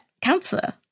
cancer